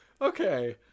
Okay